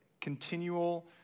continual